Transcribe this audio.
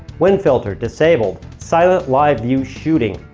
wind filter. disabled. silent live view shooting.